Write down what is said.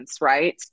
right